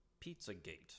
pizzagate